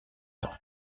ans